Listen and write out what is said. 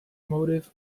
motive